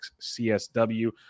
CSW